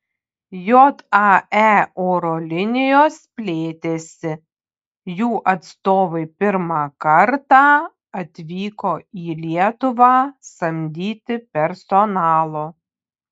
jae oro linijos plėtėsi jų atstovai pirmą kartą atvyko į lietuvą samdyti personalo